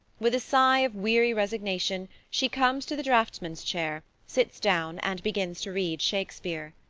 with a sigh of weary resignation she comes to the draughtsman's chair sits down and begins to read shakespeare.